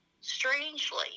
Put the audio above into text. strangely